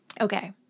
Okay